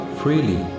freely